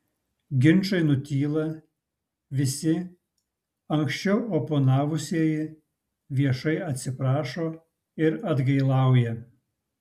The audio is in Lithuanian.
ginčai nutyla visi anksčiau oponavusieji viešai atsiprašo ir atgailauja